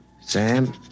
Sam